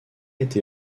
été